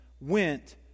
went